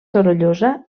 sorollosa